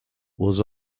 was